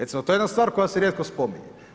Recimo to je jedna stvar koja se rijetko spominje.